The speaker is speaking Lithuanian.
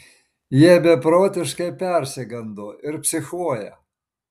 jie beprotiškai persigando ir psichuoja